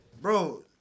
Bro